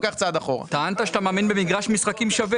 טענת שאתה מאמין במגרש משחקים שווה.